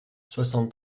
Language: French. soixante